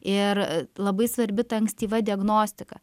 ir labai svarbi ta ankstyva diagnostika